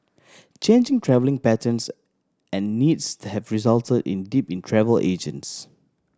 changing travelling patterns and needs have result in a dip in travel agents